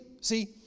see